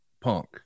punk